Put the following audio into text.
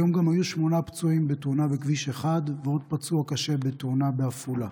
היום היו גם שמונה פצועים בתאונה בכביש 1 ועוד פצוע בתאונה בעפולה.